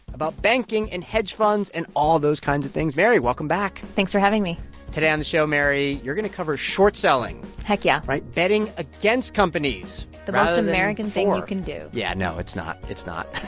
about banking and hedge funds and all those kinds of things. mary, welcome back thanks for having me today on the show, mary, you're going to cover short selling heck yeah right? betting against companies, rather american thing you can do yeah. no, it's not. it's not.